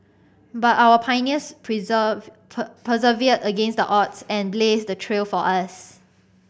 but our pioneers persevered against the odds and blazed the trail for us